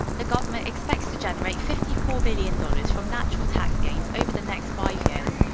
the government expects to generate fifty four billion dollars from natural tax gains over the next five years.